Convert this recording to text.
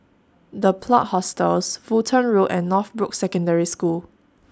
The Plot Hostels Fulton Road and Northbrooks Secondary School